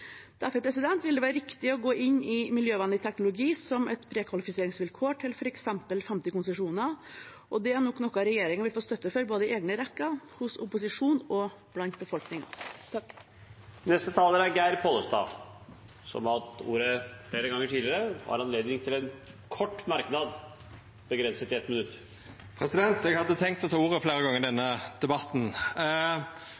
Derfor vil det være riktig å gå inn for miljøvennlig teknologi som et prekvalifiseringsvilkår til f.eks. 50 konsesjoner, og det er nok noe regjeringen vil få støtte for både i egne rekker, hos opposisjonen og i befolkningen. Representanten Geir Pollestad har hatt ordet to ganger tidligere og får ordet til en kort merknad, begrenset til 1 minutt. Eg hadde tenkt å ta ordet fleire gonger i denne